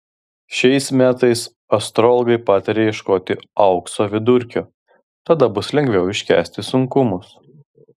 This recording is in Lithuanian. šiais metais astrologai pataria ieškoti aukso viduriuko tada bus lengviau iškęsti sunkumus